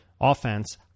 offense